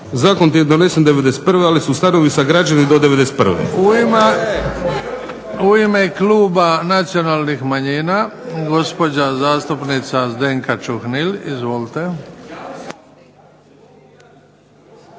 Zakon ti je donesen '91. ali su stanovi sagrađeni do '91. **Bebić, Luka (HDZ)** U ime kluba nacionalnih manjina, gospođa zastupnica Zdenka Čuhnil. Izvolite.